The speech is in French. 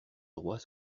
droit